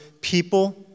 people